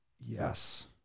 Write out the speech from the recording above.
Yes